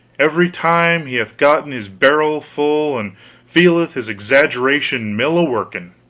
every time he hath gotten his barrel full and feeleth his exaggeration-mill a-working.